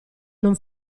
non